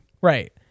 right